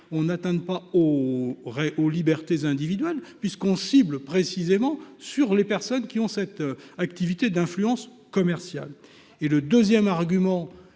on n'attend pas. Aurait aux libertés individuelles puisqu'on cible précisément sur les personnes qui ont cette activité d'influence commerciale et le 2ème argument